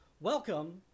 welcome